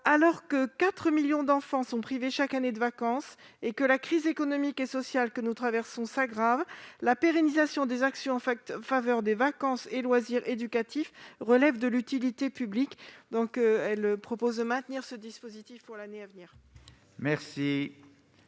Alors que 4 millions d'enfants sont privés chaque année de vacances et que la crise économique et sociale que nous traversons s'aggrave, la pérennisation des actions en faveur des vacances et des loisirs éducatifs relève de l'utilité publique. Nous proposons donc le maintien de cette opération pour l'année à venir.